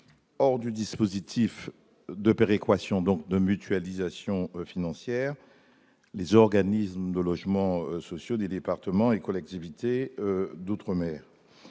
du dispositif de péréquation, donc de mutualisation financière, les organismes de logements sociaux des départements et collectivités d'outre-mer.